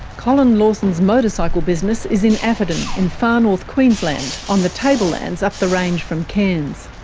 colin lawson's motorcycle business is in atherton, in far north queensland, on the tablelands up the range from cairns.